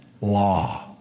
law